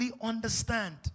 understand